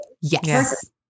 Yes